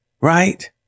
Right